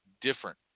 different